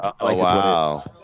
Wow